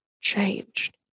changed